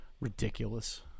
Ridiculous